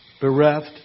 bereft